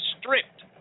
stripped